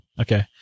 Okay